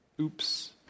Oops